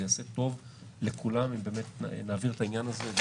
זה יעשה טוב לכולם אם באמת נעביר את העניין הזה,